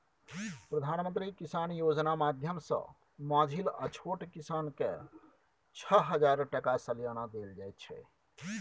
प्रधानमंत्री किसान योजना माध्यमसँ माँझिल आ छोट किसानकेँ छअ हजार टका सलियाना देल जाइ छै